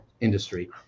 industry